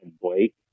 Blake